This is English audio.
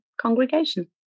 congregation